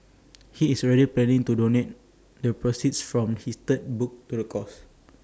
he is already planning to donate the proceeds from his third book to the cause